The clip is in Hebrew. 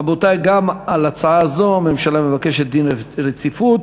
רבותי, גם על הצעה זו הממשלה מבקשת דין רציפות.